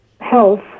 health